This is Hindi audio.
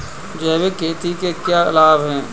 जैविक खेती के क्या लाभ हैं?